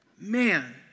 Man